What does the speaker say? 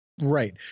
Right